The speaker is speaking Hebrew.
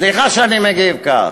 סליחה שאני מגיב כך.